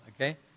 Okay